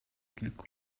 kilku